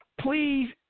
please